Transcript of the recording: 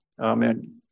amen